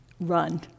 run